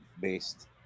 based